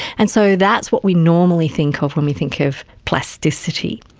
and so that's what we normally think of when we think of plasticity.